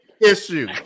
issue